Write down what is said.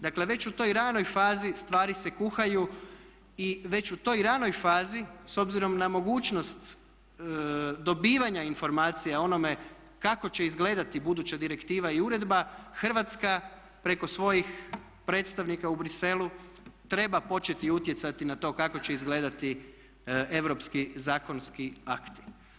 Dakle već u toj ranoj fazi stvari se kuhaju i već u toj ranoj fazi s obzirom na mogućnost dobivanja informacija o onome kako će izgledati buduća direktiva i uredba Hrvatska preko svojih predstavnika u Briselu treba početi utjecati na to kako će izgledati europski zakonski akti.